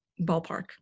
ballpark